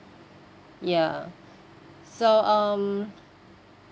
ya so um